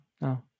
No